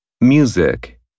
music